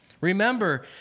Remember